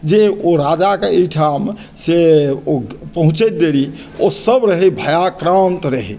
ओ राजा के ओहिठाम से ओ पहुचैत देरी ओ सब रहय भयाक्रांत रहै